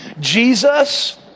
Jesus